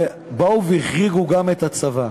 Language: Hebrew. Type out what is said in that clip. באו והחריגו גם את הצבא.